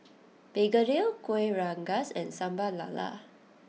Begedil Kueh Rengas and Sambal Lala